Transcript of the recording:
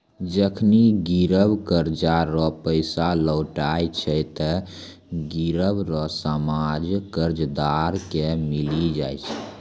जखनि गिरब कर्जा रो पैसा लौटाय छै ते गिरब रो सामान कर्जदार के मिली जाय छै